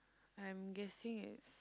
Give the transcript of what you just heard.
I'm guessing it's